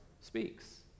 speaks